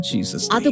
Jesus